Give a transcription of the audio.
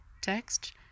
text